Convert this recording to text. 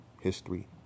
history